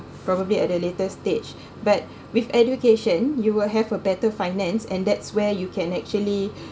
probably at a later stage but with education you will have a better finance and that's where you can actually